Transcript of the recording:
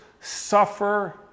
suffer